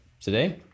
Today